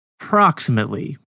approximately